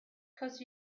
cause